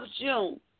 June